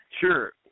sure